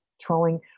trolling